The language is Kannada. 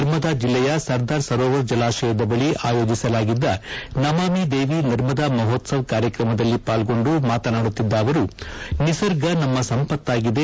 ನರ್ಮದಾ ಜಲ್ಲೆಯ ಸರ್ದಾರ್ ಸರೋವರ್ ಜಲಾತಯದ ಬಳಿ ಆಯೋಜಿಸಲಾಗಿದ್ದ ನಮಾಮಿ ದೇವಿ ನರ್ಮದಾ ಮಹೋತ್ಸವ್ ಕಾರ್ಯಕ್ರಮದಲ್ಲಿ ಪಾಲ್ಗೊಂಡು ಮಾತನಾಡುತ್ತಿದ್ದ ಅವರು ನಿಸರ್ಗ ನಮ್ಮ ಸಂಪತ್ತಾಗಿದೆ